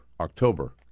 October